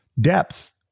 depth